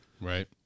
Right